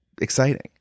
exciting